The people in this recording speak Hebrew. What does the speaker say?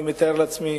ואני מתאר לעצמי